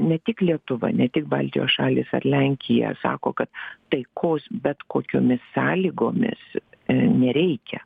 ne tik lietuva ne tik baltijos šalys ar lenkija sako kad taikos bet kokiomis sąlygomis nereikia